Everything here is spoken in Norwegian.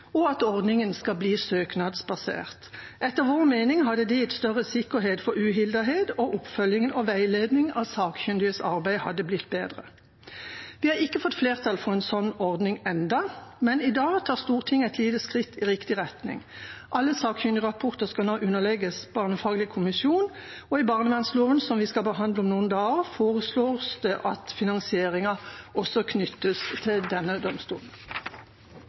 og at ordningen skal bli søknadsbasert. Etter vår mening hadde det gitt større sikkerhet for uhildethet, og oppfølging og veiledning av sakkyndiges arbeid hadde blitt bedre. Vi har ikke fått flertall for en sånn ordning ennå, men i dag tar Stortinget et lite skritt i riktig retning. Alle sakkyndigrapporter skal nå underlegges Barnesakkyndig Kommisjon, og i barnevernsloven, som vi skal behandle om noen dager, foreslås det at finansieringen også knyttes til domstolen.